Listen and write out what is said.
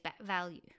value